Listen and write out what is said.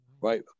right